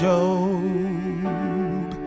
Job